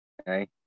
Okay